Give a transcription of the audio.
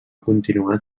continuar